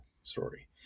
story